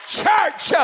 church